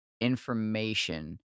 information